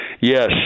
yes